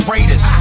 Raiders